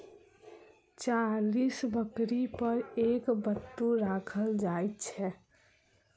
चालीस बकरी पर एक बत्तू राखल जाइत छै